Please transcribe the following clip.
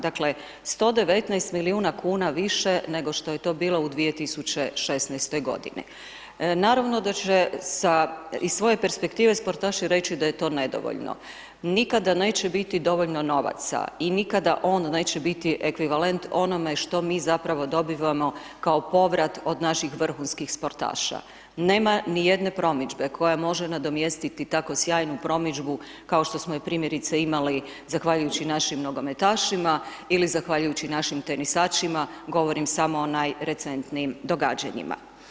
Dakle, 119 milijuna kn više nego što je to bilo u 2016. g. Naravno da će se sa svoje perspektive sportaši reći da je to nedovoljno, nikada neće biti dovoljno novaca i nikada on neće biti ekvivalent onome što mi zapravo dobivamo kao povrat od naših vrhunskih sportaša, nema ni jedne promidžbe koja može nadomjestiti tako sjajnu promidžbu, kao što smo i primjerice imali zahvaljujući našim nogometašima ili zahvaljujući našim tenisačima, govorim samo o najrecentnijim događanjima.